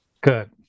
Good